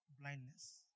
blindness